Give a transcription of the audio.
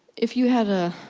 if you had a